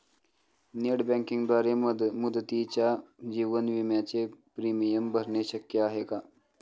Net बँकिंगद्वारे मुदतीच्या जीवन विम्याचे प्रीमियम भरणे शक्य आहे का?